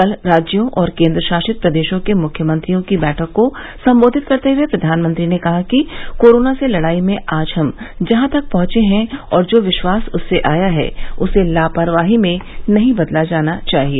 कल राज्यों और केन्द्रशासित प्रदेशों के मुख्यमंत्रियों की बैठक को संबोधित करते हुए प्रधानमंत्री ने कहा कि कोरोना से लड़ाई में आज हम जहां तक पहुंचे हैं और जो विश्वास उससे आया है उसे लापरवाही में नहीं बदला जाना चाहिए